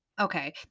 okay